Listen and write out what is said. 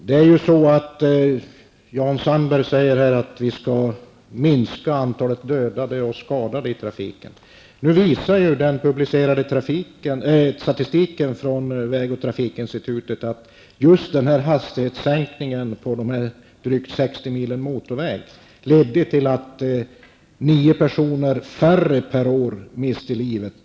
Fru talman! Jan Sandberg säger att vi måste se till att antalet dödade och skadade i trafiken minskas. Den av väg och trafikinstitutet publicerade statistiken visar att just den aktuella hastighetssänkningen på drygt 65 mil motorvägar har lett till att årligen nio personer färre har mist livet.